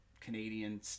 Canadian